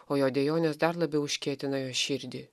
o jo dejonės dar labiau užkietina jo širdį